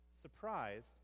surprised